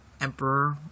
emperor